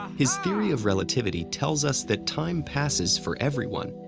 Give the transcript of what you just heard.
his theory of relativity tells us that time passes for everyone,